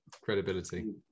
Credibility